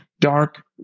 dark